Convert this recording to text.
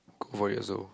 go for it also